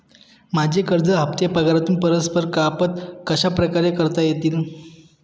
माझे कर्ज हफ्ते पगारातून परस्पर कपात कशाप्रकारे करता येतील?